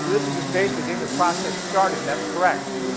this is just basically getting the process started, and that's correct.